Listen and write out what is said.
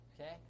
okay